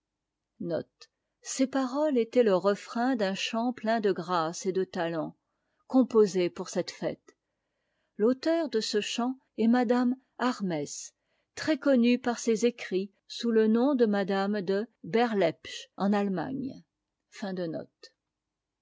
ces paroles étaient le refrain d'un chant plein de grâce et de talent compose pour cette fête l'auteur de ce chant c'est madame harmès très connue en allemagne par sm écrits sous le nom de madame de berlepsch